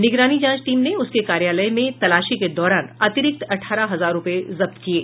निगरानी जांच टीम ने उसके कार्यालय में तलाशी के दौरान अतिरिक्त अठारह हजार रुपये जब्त किये